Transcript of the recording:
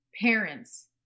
parents